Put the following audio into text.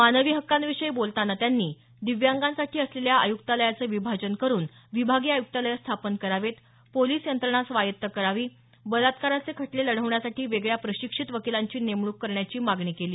मानवी हकांविषयी बोलतांना त्यांनी दिव्यांगांसाठी असलेल्या आयुक्तालयाचं विभाजन करून विभागीय आय्क्तालये स्थापन करावेत पोलिस यंत्रणा स्वायत्त करावी बलात्काराचे खटले लढवण्यासाठी वेगळ्या प्रशिक्षित वकीलांची नेमणूक करण्याची मागणी त्यांनी केली